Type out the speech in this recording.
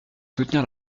soutenir